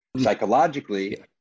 Psychologically